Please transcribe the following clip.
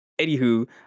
Anywho